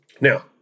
Now